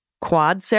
Quad